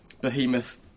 Behemoth